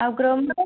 ଆଉ ଗ୍ରମର